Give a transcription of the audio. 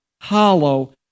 hollow